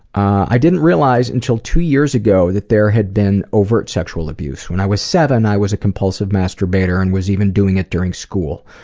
i didn't realize until two years ago that there had been overt sexual abuse. when i was seven i was a compulsive masturbator and was even doing it during school.